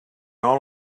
all